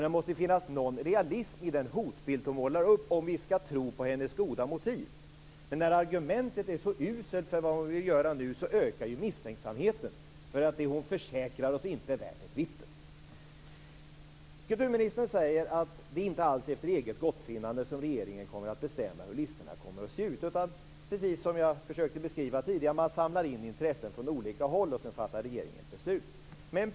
Det måste ju finnas någon realism i den hotbild hon målar upp om vi skall tro på hennes goda motiv. När argumentet för vad hon vill göra nu är så uselt ökar ju misstänksamheten för att det hon försäkrar oss inte är värt ett vitten. Kulturministern säger att det inte alls är efter eget gottfinnande som regeringen kommer att bestämma hur listorna kommer att se ut, att som hon försökte beskriva tidigare samlar man in intressen från olika håll och så fattar regeringen beslut.